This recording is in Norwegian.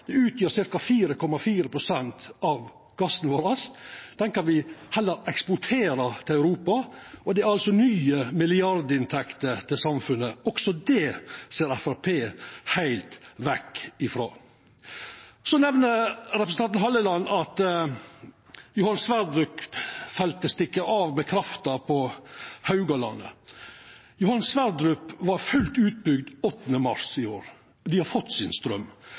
gassproduksjon, utgjer ca. 4,4 pst. av gassen vår. Det kan me heller eksportera til Europa, og det er nye milliardinntekter til samfunnet. Også det ser Framstegspartiet heilt bort ifrå. Representanten Halleland nemner at Johan Sverdrup-feltet stikker av med krafta på Haugalandet. Johan Sverdrup var fullt utbygd 8. mars i år. Dei har fått straumen sin.